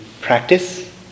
practice